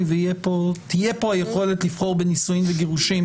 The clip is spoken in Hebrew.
ותהיה פה היכולת לבחור בין נישואים וגירושים,